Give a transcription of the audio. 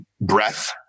breath